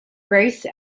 grace